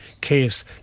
case